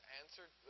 answered